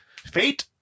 Fate